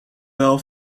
wel